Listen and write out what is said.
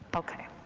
okay,